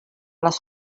les